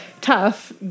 tough